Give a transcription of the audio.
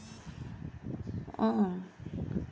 oh